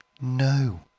No